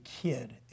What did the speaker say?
kid